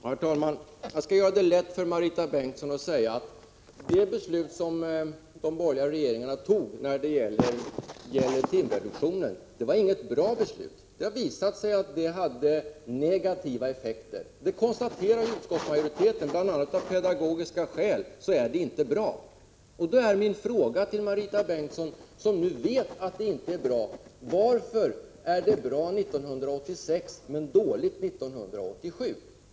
Herr talman! Jag skall göra det lätt för Marita Bengtsson och säga: Det beslut som de borgerliga regeringarna fattade när det gäller timreduktionen var inte något bra beslut. Det har visat sig ge negativa effekter, och det konstaterar också utskottsmajoriteten. Bl. a. av pedagogiska skäl är timreduktionen inte bra. Då är min fråga till Marita Bengtsson, som nu vet att det inte är bra: Varför är timreduktion bra 1986 men dålig 1987?